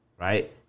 right